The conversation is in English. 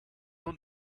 they